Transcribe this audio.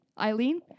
Eileen